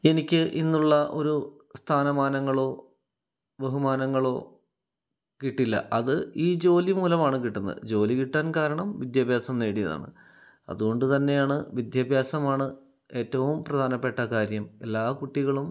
എനിക്ക് ഇന്നുള്ള ഒരു സ്ഥാന മാനങ്ങളോ ബഹുമാനങ്ങളോ കിട്ടില്ല അത് ഈ ജോലി മൂലമാണ് കിട്ടുന്നത് ജോലി കിട്ടാൻ കാരണം വിദ്യാഭ്യാസം നേടിയതാണ് അതുകൊണ്ട് തന്നെയാണ് വിദ്യാഭ്യാസമാണ് ഏറ്റവും പ്രധാനപ്പെട്ട കാര്യം എല്ലാ കുട്ടികളും